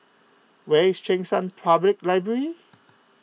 where is Cheng San Public Library